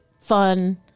fun